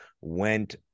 went